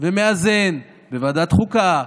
ומאזן בוועדת החוקה,